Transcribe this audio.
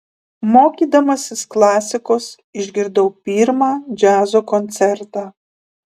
mokydamasis klasikos išgirdau pirmą džiazo koncertą